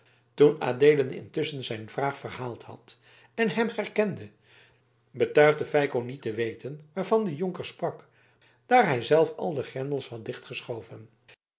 toen adeelen intusschen zijn vraag herhaald had en men hem herkende betuigde feiko niet te weten waarvan de jonker sprak daar hij zelf al de grendels had